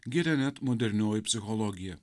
giria net modernioji psichologija